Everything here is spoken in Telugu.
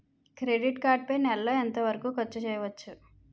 క్రెడిట్ కార్డ్ పై నెల లో ఎంత వరకూ ఖర్చు చేయవచ్చు?